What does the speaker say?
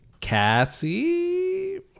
Cassie